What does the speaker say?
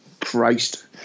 Christ